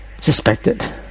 suspected